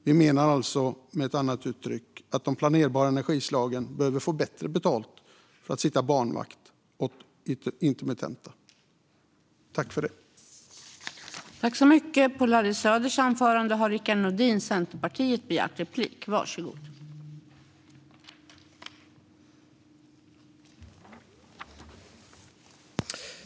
Vi menar alltså, uttryckt på ett annat sätt, att de planerbara energislagen behöver få bättre betalt för att sitta barnvakt åt de intermittenta energislagen.